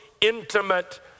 intimate